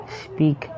speak